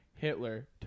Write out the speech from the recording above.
Hitler